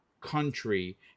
country